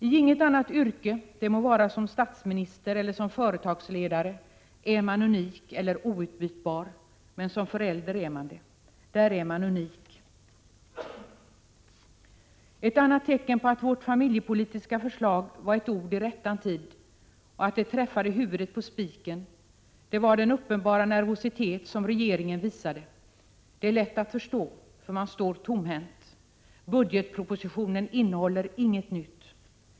I inget annat yrke, det må vara som statsminister eller som företagsledare, är man unik eller outbytbar. Men som förälder är man det — där är man unik. Ett annat tecken på att vårt familjepolitiska förslag varit ord i rättan tid och att det träffade huvudet på spiken var den uppenbara nervositeten som regeringen visade. Det är lätt att förstå eftersom regeringen står tomhänt. Budgetpropositionen innehåller inget nytt.